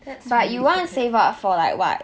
that's really quite bad